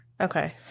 Okay